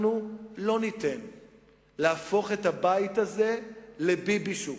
אנחנו לא ניתן להפוך את הבית הזה ל"ביבישוק".